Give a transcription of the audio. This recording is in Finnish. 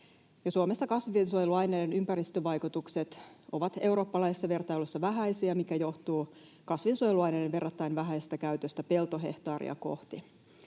Suomessa kasvinsuojeluaineiden ympäristövaikutukset ovat eurooppalaisessa vertailussa vähäisiä, mikä johtuu kasvinsuojeluaineiden verrattain vähäisestä käytöstä peltohehtaaria kohti.